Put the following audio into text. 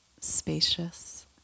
spacious